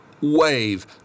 wave